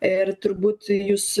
ir turbūt jūs